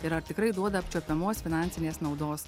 ir ar tikrai duoda apčiuopiamos finansinės naudos